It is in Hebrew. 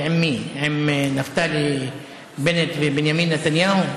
ועם מי, עם נפתלי בנט ובנימין נתניהו?